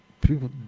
people